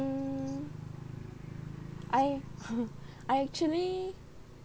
I I actually